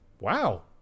wow